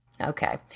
Okay